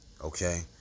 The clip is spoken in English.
Okay